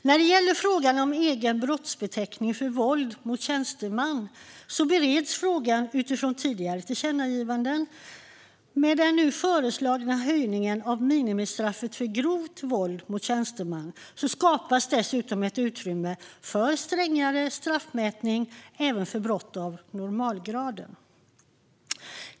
När det gäller frågan om egen brottsbeteckning för våld mot tjänsteman bereds frågan utifrån tidigare tillkännagivanden. Med den nu föreslagna höjningen av minimistraffet för grovt våld mot tjänsteman skapas dessutom ett utrymme för en strängare straffmätning även för brott av normalgraden.